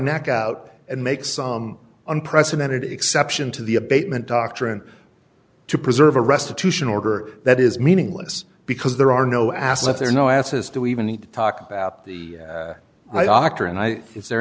neck out and make some unprecedented exception to the abatement doctrine to preserve a restitution order that is meaningless because there are no assets or no access to even need to talk about the dr and i is there